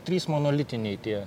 trys monolitiniai tie